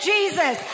Jesus